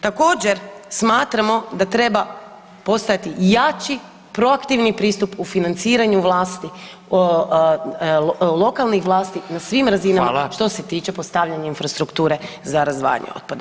Također smatramo da treba postojati jači proaktivni pristup u financiranju vlasti, lokalnih vlasti na svim razinama što se tiče postavljanja infrastrukture za razdvajanje otpada.